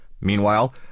Meanwhile